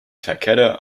takeda